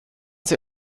sie